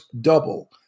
double